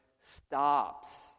stops